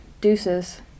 Deuces